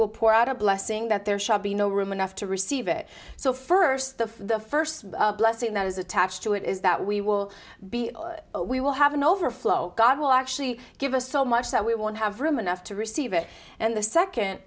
will pour out a blessing that there shall be no room enough to receive it so first of the first blessing that is attached to it is that we will be we will have an overflow god will actually give us so much that we won't have room enough to receive it and the second